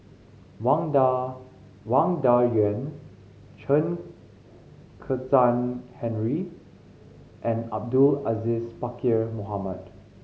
Wang Dayuan Chen Kezhan Henri and Abdul Aziz Pakkeer Mohamed